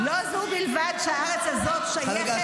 ----- לא זו בלבד שהארץ הזאת שייכת